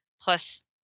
plus